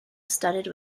studded